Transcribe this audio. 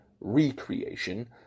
re-creation